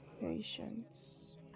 patience